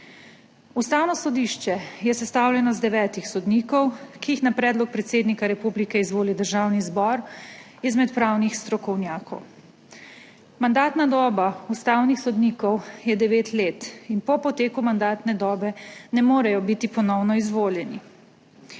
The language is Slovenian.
Ustavno sodišče je sestavljeno iz devetih sodnikov, ki jih na predlog predsednika republike izvoli Državni zbor izmed pravnih strokovnjakov. Mandatna doba ustavnih sodnikov je devet let. Po poteku mandatne dobe ne morejo biti ponovno izvoljeni.